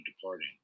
departing